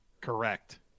Correct